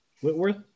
Whitworth